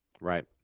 Right